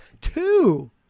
two